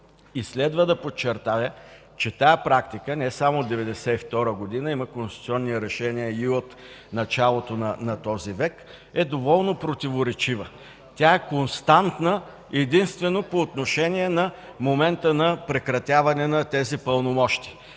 следва да подчертая, че тази практика, не само от 1992 г., има конституционни решения и от началото на този век, е доволно противоречива. Тя е константна единствено по отношение на момента на прекратяване на тези пълномощия.